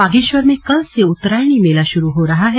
बागेश्वर में कल से उत्तरायणी मेला शुरू हो रहा है